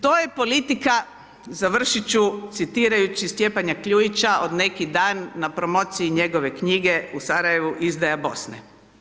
To je politika, završiti ću citirajući Stjepana Kljujića od neki dan na promociji njegove knjige u Sarajevu, Izdaja Bosne.